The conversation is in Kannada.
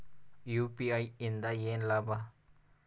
ಯು.ಪಿ.ಐ ಇಂದ ಏನ್ ಲಾಭ?